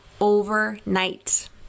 overnight